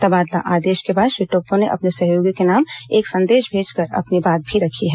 तबादला आदेश के बाद श्री टोप्पो ने अपने सहयोगियों के नाम एक संदेश भेजकर अपनी बात भी रखी है